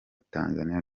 tanzania